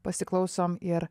pasiklausom ir